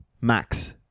max